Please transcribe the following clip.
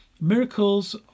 miracles